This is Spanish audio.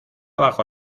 bajo